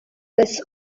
this